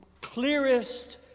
clearest